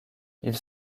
ils